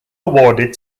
awarded